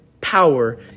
power